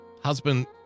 Husband